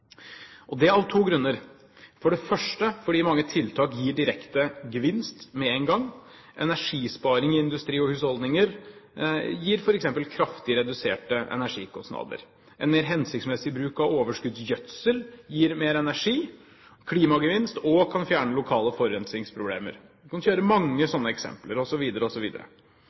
smertefullt. Det er av to grunner, for det første fordi mange tiltak gir direkte gevinst med en gang. Energisparing i industri og husholdninger gir f.eks. kraftig reduserte energikostnader. En mer hensiktsmessig bruk av overskuddsgjødsel gir mer energi, klimagevinst og kan fjerne lokale forurensingsproblemer. Man kan kjøre mange sånne eksempler,